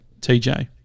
TJ